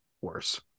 worse